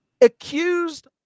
accused